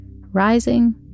rising